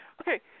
Okay